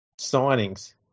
signings